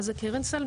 מה זה קרן סל?